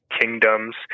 kingdoms